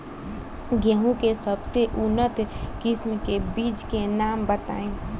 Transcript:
गेहूं के सबसे उन्नत किस्म के बिज के नाम बताई?